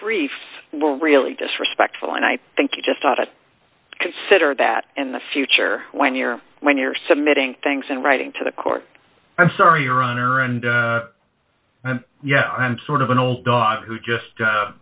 were really disrespectful and i think you just thought i'd consider that in the future when you're when you're submitting things and writing to the court i'm sorry your honor and yeah i'm sort of an old dog who just